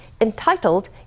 Entitled